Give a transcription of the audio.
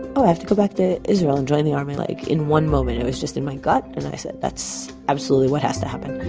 oh i have to go back to israel and join the army. like in one moment it was just in my gut and i said, that's absolutely what has to happen.